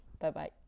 Bye-bye